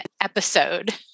episode